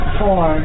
four